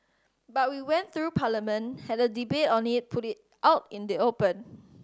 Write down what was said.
but we went through Parliament had a debate on it put it out in the open